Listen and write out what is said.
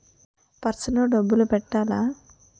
Purse లో డబ్బులు పెట్టలా?